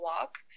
walk